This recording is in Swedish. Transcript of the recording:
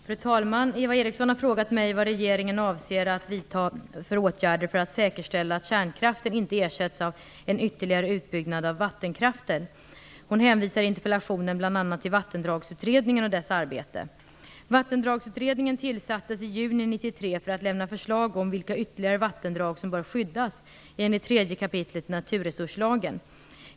Fru talman! Eva Eriksson har frågat mig vad regeringen avser att vidta för åtgärder för att säkerställa att kärnkraften inte ersätts av en ytterligare utbyggnad av vattenkraften. Hon hänvisar i interpellationen bl.a. Vattendragsutredningen tillsattes i juni 1993 för att lämna förslag om vilka ytterligare vattendrag som bör skyddas enligt 3 kap. naturresurslagen.